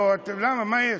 למה, מה יש?